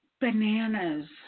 bananas